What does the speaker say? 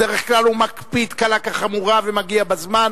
בדרך כלל הוא מקפיד קלה כחמורה ומגיע בזמן.